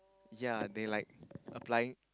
ya they like applying